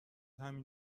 همین